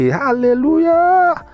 hallelujah